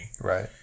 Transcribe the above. Right